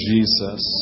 Jesus